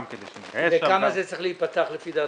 גם -- בכמה זה צריך להיפתח לפי דעתך?